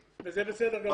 וזה בסדר גמור.